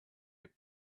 date